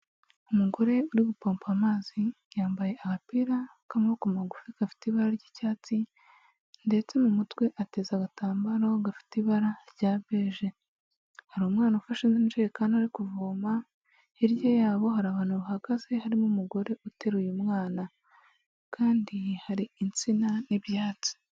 Umugore uri gupompa amazi, yambaye agapira k'anboko magufi gafite ibara ry'icyatsi ndetse mu mutwe ateza agatambaro gafite ibara rya beje. Hari umwana ufashe injerekani ari kuvoma, hirya yabo hari abantu bahagaze harimo umugore uteruye umwana kandi hari insina n'ibyatsi.